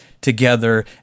together